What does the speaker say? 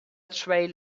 trail